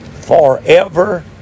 forever